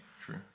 True